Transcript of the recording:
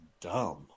dumb